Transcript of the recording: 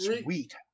Sweet